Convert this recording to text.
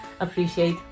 appreciate